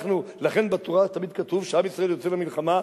לכן בתורה תמיד כתוב שעם ישראל יוצא למלחמה,